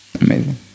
Amazing